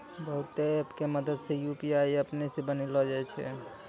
बहुते ऐप के मदद से यू.पी.आई अपनै से बनैलो जाय छै